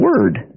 word